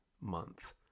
month